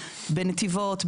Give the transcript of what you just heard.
בנתיבות,